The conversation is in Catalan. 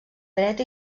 dret